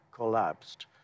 collapsed